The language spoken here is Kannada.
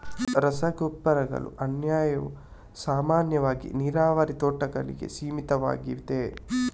ರಸಗೊಬ್ಬರಗಳ ಅನ್ವಯವು ಸಾಮಾನ್ಯವಾಗಿ ನೀರಾವರಿ ತೋಟಗಳಿಗೆ ಸೀಮಿತವಾಗಿದೆ